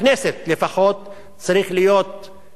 קול ברור נגד התבטאויות כאלה,